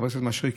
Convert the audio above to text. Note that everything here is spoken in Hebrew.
חבר הכנסת מישרקי,